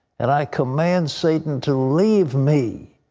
and i command satan to leave me.